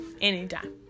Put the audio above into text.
Anytime